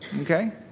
Okay